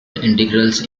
integrals